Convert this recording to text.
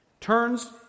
turns